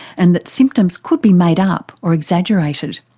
and that symptoms could be made up or exaggerated.